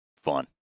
fun